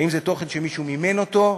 אם זה תוכן שמישהו מימן אותו,